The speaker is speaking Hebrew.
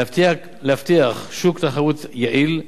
להבטיח שוק תחרות יעיל,